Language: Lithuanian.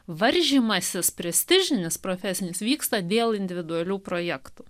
varžymasis prestižinis profesinis vyksta dėl individualių projektų